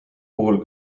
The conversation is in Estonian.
puhul